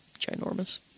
ginormous